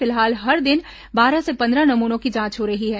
फिलहाल हर दिन बारह से पंद्रह नमूनों की जांच हो रही है